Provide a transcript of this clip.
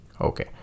Okay